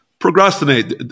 procrastinate